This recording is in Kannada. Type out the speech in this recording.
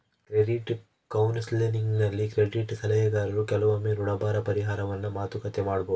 ಕ್ರೆಡಿಟ್ ಕೌನ್ಸೆಲಿಂಗ್ನಲ್ಲಿ ಕ್ರೆಡಿಟ್ ಸಲಹೆಗಾರರು ಕೆಲವೊಮ್ಮೆ ಋಣಭಾರ ಪರಿಹಾರವನ್ನು ಮಾತುಕತೆ ಮಾಡಬೊದು